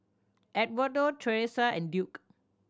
Edwardo Teressa and Duke